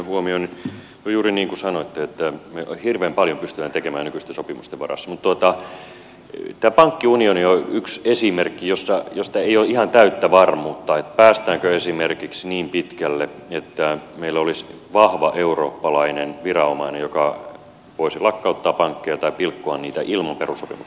on juuri niin kuin sanoitte että me hirveän paljon pystymme tekemään nykyisten sopimusten varassa mutta tämä pankkiunioni on yksi esimerkki josta ei ole ihan täyttä varmuutta päästäänkö esimerkiksi niin pitkälle että meillä olisi vahva eurooppalainen viranomainen joka voisi lakkauttaa pankkeja tai pilkkoa niitä ilman perussopimusmuutosta